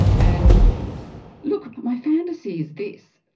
and look, my fantasy is this,